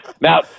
Now